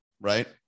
right